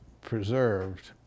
preserved